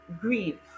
grieve